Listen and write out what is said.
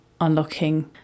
unlocking